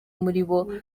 muribo